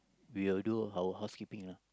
we will do our housekeeping lah